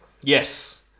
Yes